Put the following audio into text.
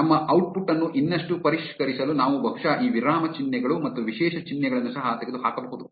ನಮ್ಮ ಔಟ್ಪುಟ್ ಅನ್ನು ಇನ್ನಷ್ಟು ಪರಿಷ್ಕರಿಸಲು ನಾವು ಬಹುಶಃ ಈ ವಿರಾಮ ಚಿಹ್ನೆಗಳು ಮತ್ತು ವಿಶೇಷ ಚಿಹ್ನೆಗಳನ್ನು ಸಹ ತೆಗೆದುಹಾಕಬಹುದು